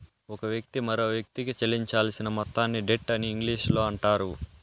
ఒక వ్యక్తి మరొకవ్యక్తికి చెల్లించాల్సిన మొత్తాన్ని డెట్ అని ఇంగ్లీషులో అంటారు